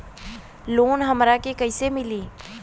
Loan हमरा के कईसे मिली?